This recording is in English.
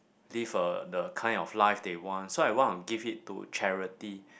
live uh the kind of life they want so I want to give it to charity